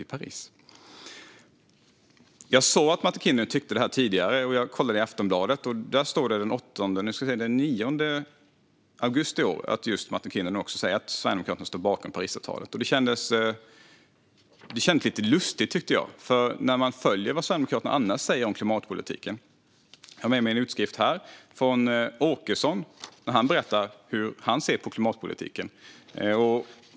Jag har sett tidigare att Martin Kinnunen tycker så här. Jag kollade i Aftonbladet, och där står det den 9 augusti i år att just Martin Kinnunen säger att Sverigedemokraterna står bakom Parisavtalet. Det kan kännas lite lustigt att se om man följer vad Sverigedemokraterna annars säger om klimatpolitiken. Jag har med mig en utskrift från DN, där Åkesson berättar hur han ser på klimatpolitiken.